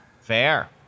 Fair